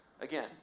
Again